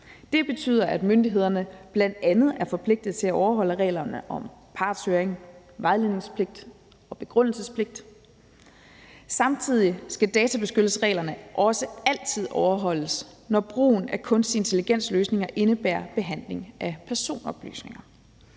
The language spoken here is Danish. Det betyder, at myndighederne bl.a. er forpligtede til at overholde reglerne om partshøring, vejledningspligt og begrundelsespligt. Samtidig skal databeskyttelsesreglerne også altid overholdes, når brugen af kunstig intelligens-løsninger indebærer behandling af personoplysninger.